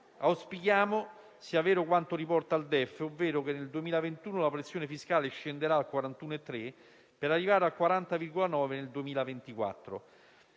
Auspichiamo sia vero quanto riporta il DEF, ovvero che nel 2021 la pressione fiscale scenderà al 41,3, per arrivare al 40,9 nel 2024.